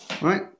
right